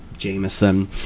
jameson